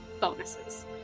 bonuses